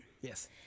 Yes